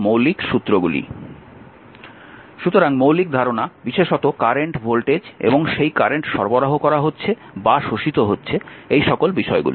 মৌলিক সূত্রগুলি সুতরাং মৌলিক ধারণা বিশেষত কারেন্ট ভোল্টেজ এবং সেই কারেন্ট সরবরাহ করা হচ্ছে বা শোষিত হচ্ছে এই সকল বিষয়গুলি